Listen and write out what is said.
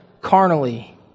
carnally